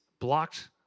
blocked